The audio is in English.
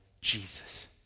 Jesus